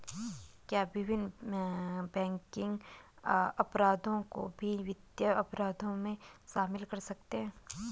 क्या विभिन्न बैंकिंग अपराधों को भी वित्तीय अपराधों में शामिल कर सकते हैं?